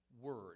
word